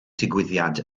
digwyddiad